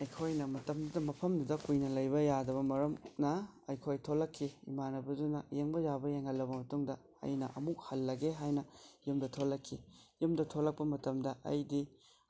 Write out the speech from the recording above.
ꯑꯩꯈꯣꯏꯅ ꯃꯇꯝꯗꯨꯗ ꯃꯐꯝꯗꯨꯗ ꯀꯨꯏꯅ ꯂꯩꯕ ꯌꯥꯗꯕ ꯃꯔꯝꯅ ꯑꯩꯈꯣꯏ ꯊꯣꯛꯂꯛꯈꯤ ꯏꯃꯥꯟꯅꯕꯗꯨꯅ ꯌꯦꯡꯕ ꯌꯥꯕ ꯌꯦꯡꯍꯜꯂꯕ ꯃꯇꯨꯡꯗ ꯑꯩꯅ ꯑꯃꯨꯛ ꯍꯜꯂꯒꯦ ꯍꯥꯏꯅ ꯌꯨꯝꯗ ꯊꯣꯛꯂꯛꯈꯤ ꯌꯨꯝꯗ ꯊꯣꯛꯂꯛꯄ ꯃꯇꯝꯗ ꯑꯩꯗꯤ